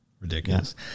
Ridiculous